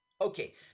Okay